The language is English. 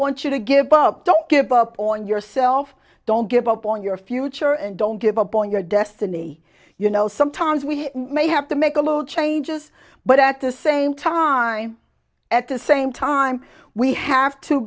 want you to give up don't give up on yourself don't give up on your future and don't give up on your destiny you know sometimes we may have to make a little changes but at the same time at the same time we have to